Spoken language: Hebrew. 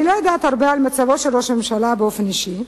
אני לא יודעת הרבה על מצבו של ראש הממשלה באופן אישי,